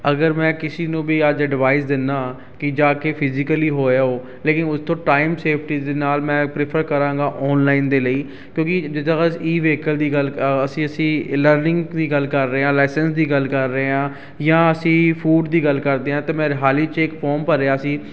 ਅਗਰ ਮੈਂ ਕਿਸੀ ਨੂੰ ਵੀ ਅੱਜ ਅਡਵਾਈਸ ਦਿੰਦਾ ਕਿ ਜਾ ਕੇ ਫਿਜੀਕਲੀ ਹੋਏ ਆਓ ਲੇਕਿਨ ਉਸ ਤੋਂ ਟਾਈਮ ਸੇਫਟੀ ਦੇ ਨਾਲ ਮੈਂ ਪਰੇਫਰ ਕਰਾਂਗਾ ਔਨਲਾਈਨ ਦੇ ਲਈ ਕਿਉਂਕਿ ਜਿੱਦਾਂ ਈ ਵੇਹੀਕਲ ਦੀ ਗੱਲ ਅਸੀਂ ਅਸੀਂ ਲਰਨਿੰਗ ਦੀ ਗੱਲ ਕਰ ਰਹੇ ਹਾਂ ਲਾਇਸੈਂਸ ਦੀ ਗੱਲ ਕਰ ਰਹੇ ਹਾਂ ਜਾਂ ਅਸੀਂ ਫੂਡ ਦੀ ਗੱਲ ਕਰਦੇ ਹਾਂ ਤਾਂ ਮੈਂ ਹਾਲ ਹੀ 'ਚ ਇੱਕ ਫੋਮ ਭਰਿਆ ਸੀ